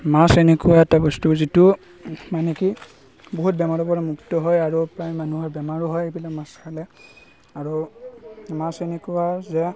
মাছ এনেকুৱা এটা বস্তু যিটো মানে কি বহুত বেমাৰৰ পৰা মুক্ত হয় আৰু প্ৰায় মানুহৰ বেমাৰো হয় এইবিলাক মাছ খালে আৰু মাছ এনেকুৱা যে